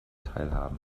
teilhaben